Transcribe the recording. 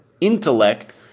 intellect